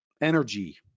energy